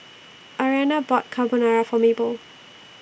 Arianna bought Carbonara For Mabel